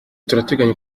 turateganya